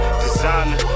designer